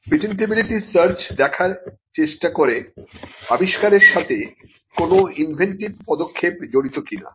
patentability search দেখার চেষ্টা করে আবিষ্কারের সাথে কোন ইনভেন্টিভ পদক্ষেপ জড়িত কিনা